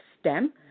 STEM